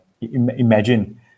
imagine